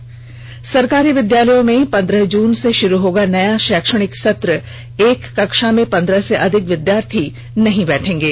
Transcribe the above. न् सरकारी विद्यालयों में पन्द्रह जून से शुरू होगा नया शैक्षणिक सत्र एक कक्षा में पंद्रह से अधिक विद्यार्थी नहीं बैठेगें